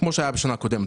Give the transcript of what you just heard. כפי שהיה בשנה הקודמת,